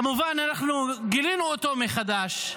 כמובן שאנחנו גילינו אותו מחדש,